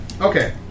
Okay